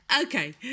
Okay